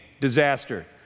Disaster